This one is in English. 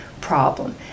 problem